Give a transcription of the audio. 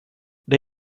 det